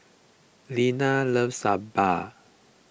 Linna loves Sambar